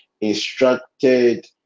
instructed